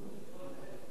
במשרד החינוך.